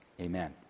amen